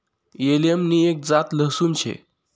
allium नि एक जात लहसून शे